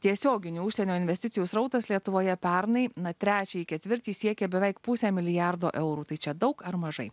tiesioginių užsienio investicijų srautas lietuvoje pernai trečiąjį ketvirtį siekė beveik pusę milijardo eurų tai čia daug ar mažai